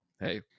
Hey